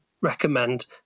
recommend